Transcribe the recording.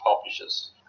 publishers